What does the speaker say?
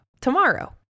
Tomorrow